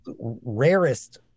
rarest